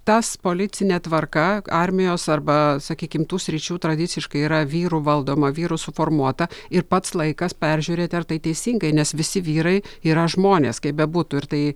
tas policinė tvarka armijos arba sakykim tų sričių tradiciškai yra vyrų valdoma vyrų suformuota ir pats laikas peržiūrėti ar tai teisingai nes visi vyrai yra žmonės kaip bebūtų ir tai